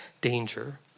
danger